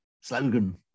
slogan